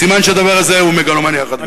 סימן שהדבר הזה הוא מגלומניה אחת גדולה.